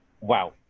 Wow